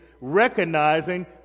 recognizing